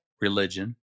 religion